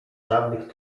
żadnych